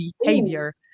behavior